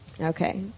Okay